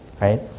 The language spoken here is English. right